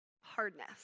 hardness